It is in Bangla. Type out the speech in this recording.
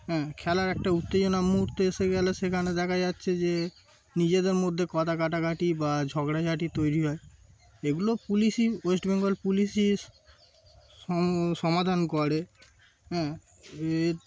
হ্যাঁ খেলার একটা উত্তেজনা মুহূর্তে এসে গেলে সেখানে দেখা যাচ্ছে যে নিজেদের মধ্যে কথা কাটাকাটি বা ঝগড়াঝাটি তৈরি হয় এগুলো পুলিশই ওয়েস্ট বেঙ্গল পুলিশই সম সমাধান করে হ্যাঁ এ